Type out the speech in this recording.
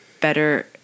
better